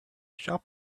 shop